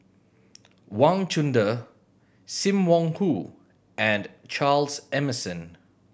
Wang Chunde Sim Wong Hoo and Charles Emmerson